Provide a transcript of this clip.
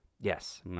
Yes